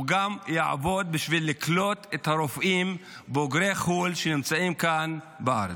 הוא יעבוד גם בשביל לקלוט את הרופאים בוגרי חו"ל שנמצאים כאן בארץ.